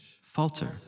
falter